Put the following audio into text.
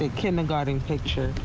the kindergarten picture.